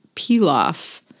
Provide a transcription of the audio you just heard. pilaf